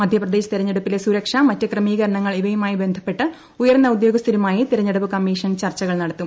മധ്യപ്രദേശ് തെരഞ്ഞെടുപ്പിലെ സുരക്ഷ മറ്റ് ക്രമീകരണങ്ങൾ ഇവയുമായി ബന്ധപ്പെട്ട ഉയർന്ന ഉദ്യോഗസ്ഥരുമായി തെരഞ്ഞെടുപ്പ് കമ്മീഷൻ ചർച്ചകൾ നടത്തും